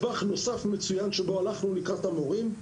זה נדבך נוסף ומצוין שבו הלכנו לקראת המורים.